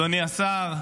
אדוני השר,